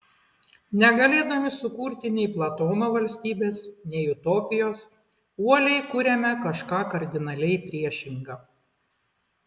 negalėdami sukurti nei platono valstybės nei utopijos uoliai kuriame kažką kardinaliai priešinga